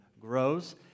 grows